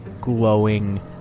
glowing